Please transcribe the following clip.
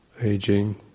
aging